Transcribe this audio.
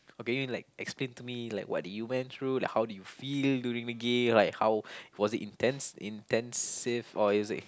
okay you mean like explain to me like what did you went through like how do you feel during the game like how was it intense intensive or is it